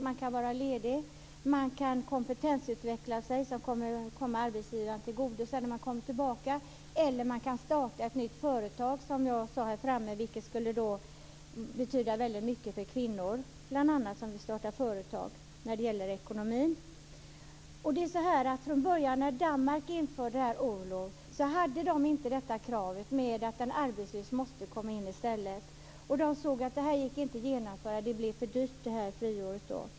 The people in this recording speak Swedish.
Man kan vara ledig, man kan kompetensutveckla sig, vilket kommer arbetsgivaren tillgodo sedan när man kommer tillbaka, eller man kan starta ett nytt företag som jag nämnde här, vilket skulle betyda väldigt mycket när det gäller ekonomin för bl.a. kvinnor som vill starta företag. Från början när man i Danmark införde detta orlov hade man inte med kravet att en arbetslös måste komma in i stället, och man såg att det här inte gick att genomföra. Friåret blev för dyrt.